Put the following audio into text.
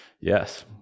Yes